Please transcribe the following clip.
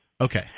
Okay